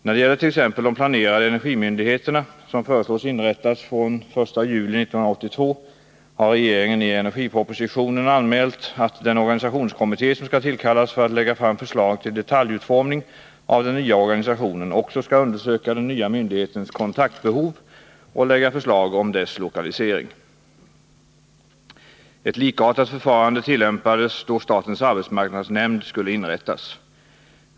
När det gäller t.ex. de planerade energimyndigheterna, som föreslås inrättas från den 1 juli 1982, har regeringen i energipropositionen anmält att den organisationskommitté som skall tillkallas för att lägga fram förslag till detaljutformning av den nya organisationen också skall undersöka den nya myndighetens kontaktbehov och lägga fram förslag om dess lokalisering. Ett likartat förfarande tillämpades då statens arbetsmarknadsnämnd skulle inrättas.